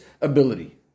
ability